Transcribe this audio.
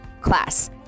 class